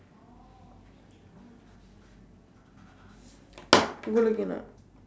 உங்களுக்கு என்னா:ungkalukku ennaa